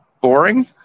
boring